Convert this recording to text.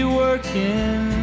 working